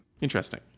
Interesting